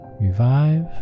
revive